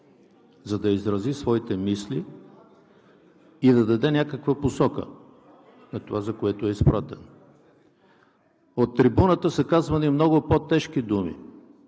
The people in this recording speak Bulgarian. за да изрази своите мисли и да даде някаква посока по това, за което е изпратен. От трибуната са казвани много по-тежки думи,